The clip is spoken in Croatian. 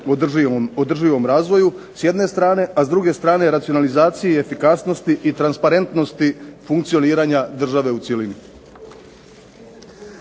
održivom razvoju s jedne strane, a s druge strane racionalizaciji efikasnosti i transparentnosti funkcioniranja države u cjelini.